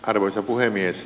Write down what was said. arvoisa puhemies